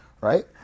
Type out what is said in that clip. right